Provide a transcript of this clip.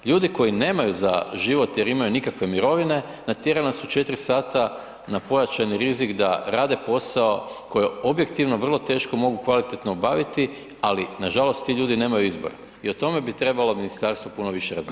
Ljudi koji nemaju za život jer imaju nikakve mirovine, natjera nas u 4 sata na pojačani rizik da rade posao koji objektivno vrlo teško mogu kvalitetno obaviti ali nažalost ti ljudi nemaju izbora i o tome bi trebalo ministarstvo puno više razmišljati.